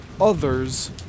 others